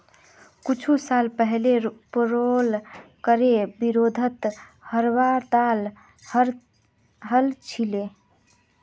कुछू साल पहले पेरोल करे विरोधत हड़ताल हल छिले